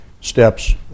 steps